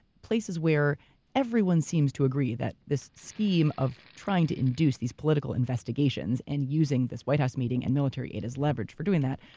places where everyone seems to agree that this scheme of trying to induce these political investigations, and using this white house meeting and military aid as leverage for doing that,